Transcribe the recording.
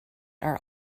are